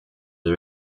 the